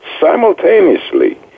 Simultaneously